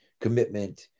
commitment